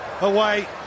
away